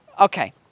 Okay